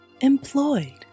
Employed